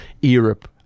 Europe